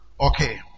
Okay